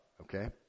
Okay